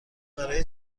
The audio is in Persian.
برای